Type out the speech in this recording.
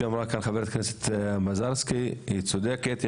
חברת הכנסת מזרסקי צודקת במה שהיא אמרה.